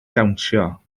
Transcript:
dawnsio